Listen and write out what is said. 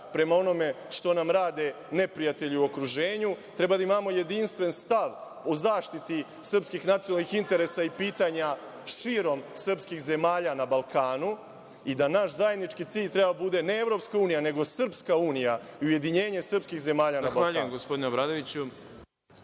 prema onome što nam rade neprijatelji u okruženju, treba da imamo jedinstven stav o zaštiti srpskih nacionalnih interesa i pitanja širom srpskih zemalja na Balkanu i da naš zajednički cilj treba da bude ne EU, nego srpska unija i ujedinjenje srpskih zemalja na Balkanu.